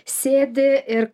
sėdi ir